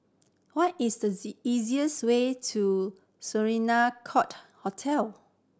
what is the easiest way to Court Hotel